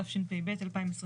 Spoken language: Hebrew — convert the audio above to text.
התשפ"ב- 2021,